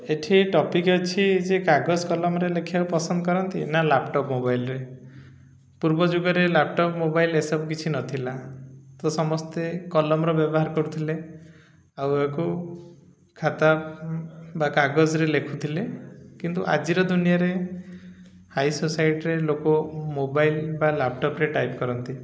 ଏଠି ଟପିକ୍ ଅଛି ଯେ କାଗଜ କଲମରେ ଲେଖିବାକୁ ପସନ୍ଦ କରନ୍ତି ନା ଲ୍ୟାପଟପ୍ ମୋବାଇଲରେ ପୂର୍ବ ଯୁଗରେ ଲ୍ୟାପଟପ୍ ମୋବାଇଲ ଏସବୁ କିଛି ନଥିଲା ତ ସମସ୍ତେ କଲମର ବ୍ୟବହାର କରୁଥିଲେ ଆଉ ଏହାକୁ ଖାତା ବା କାଗଜରେ ଲେଖୁଥିଲେ କିନ୍ତୁ ଆଜିର ଦୁନିଆରେ ହାଇ ସୋସାଇଟିରେ ଲୋକ ମୋବାଇଲ ବା ଲ୍ୟାପଟପ୍ରେ ଟାଇପ୍ କରନ୍ତି